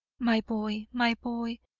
my boy, my boy,